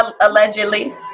Allegedly